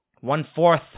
one-fourth